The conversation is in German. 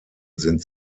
sind